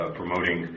promoting